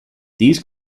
these